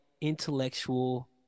intellectual